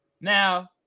Now